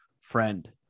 friend